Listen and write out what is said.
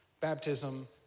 baptism